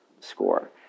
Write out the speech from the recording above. score